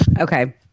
okay